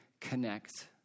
connect